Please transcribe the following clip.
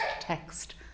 text